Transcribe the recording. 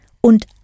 und